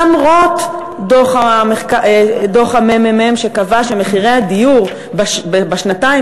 למרות דוח הממ"מ שקבע שמחירי הדיור בשנתיים